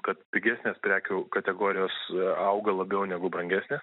kad pigesnės prekių kategorijos auga labiau negu brangesnės